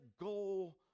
goal